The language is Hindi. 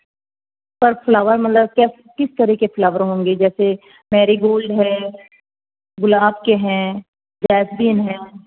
सर फ़्लावर मतलब किस तरीके के फ़्लावर होंगे जैसे मेरिगोल्ड है गुलाब के हैं जैसमीन है